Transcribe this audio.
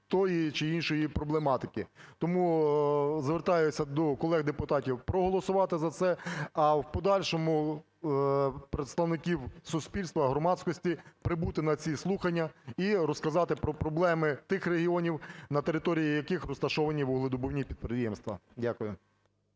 тої чи іншої проблематики. Тому звертаюся до колег-депутатів проголосувати за це, а в подальшому – представників суспільства, громадськості прибути на ці слухання і розказати про проблеми тих регіонів, на території яких розташовані вугледобувні підприємства. Дякую.